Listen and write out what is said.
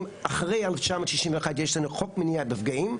אחרי 1961 יש לנו חוק מניעת מפגעים,